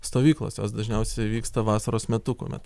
stovyklos jos dažniausiai vyksta vasaros metu kuomet